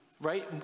right